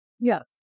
yes